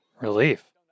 Relief